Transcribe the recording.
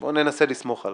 בוא ננסה לסמוך עליו.